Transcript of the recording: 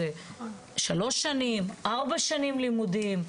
שלוש שנים או ארבע שנות לימודים,